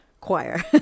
Choir